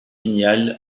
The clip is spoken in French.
signal